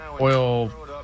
Oil